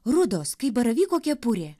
rudos kaip baravyko kepurė